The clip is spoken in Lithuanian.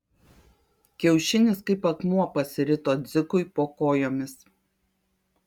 kiaušinis kaip akmuo pasirito dzikui po kojomis